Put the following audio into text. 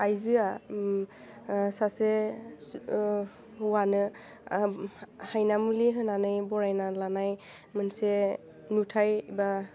आइजोआ सासे हौवानो हायनामुलि होनानै बरायना लानाय मोनसे नुथाइ बा